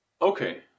Okay